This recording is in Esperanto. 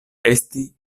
esti